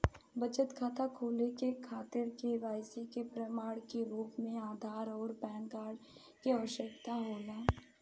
बचत खाता खोले के खातिर केवाइसी के प्रमाण के रूप में आधार आउर पैन कार्ड के आवश्यकता होला